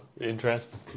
Interesting